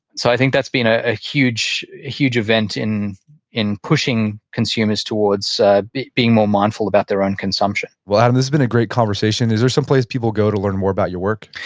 so i think that's been a huge, huge event in in pushing consumers towards being more mindful about their own consumption well adam, this is been a great conversation. is there some place people go to learn more about your work?